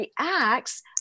reacts